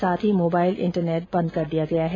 साथ ही mobile internet बंद कर दिये गये है